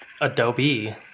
Adobe